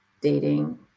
dating